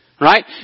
right